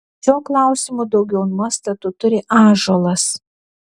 šiuo klausimu daugiau nuostatų turi ąžuolas